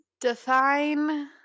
define